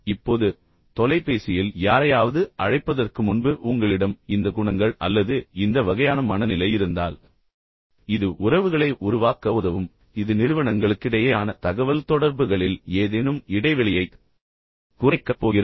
இப்போது தொலைபேசியில் யாரையாவது அழைப்பதற்கு முன்பு உங்களிடம் இந்த குணங்கள் அல்லது இந்த வகையான மனநிலை இருந்தால் இது உறவுகளை உருவாக்க உதவும் இது நிறுவனங்களுக்கிடையேயான தகவல்தொடர்புகளில் ஏதேனும் இடைவெளியைக் குறைக்கப் போகிறது